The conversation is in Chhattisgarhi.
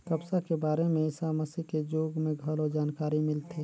कपसा के बारे में ईसा मसीह के जुग में घलो जानकारी मिलथे